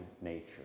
nature